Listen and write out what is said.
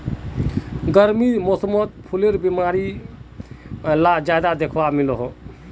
गर्मीर मौसमोत फुलेर बीमारी ला ज्यादा दखवात मिलोह